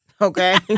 Okay